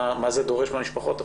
מהו דורש מהמשפחות.